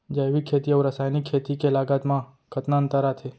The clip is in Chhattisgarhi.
जैविक खेती अऊ रसायनिक खेती के लागत मा कतना अंतर आथे?